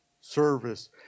service